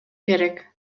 керек